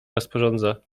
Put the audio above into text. rozporządza